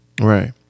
right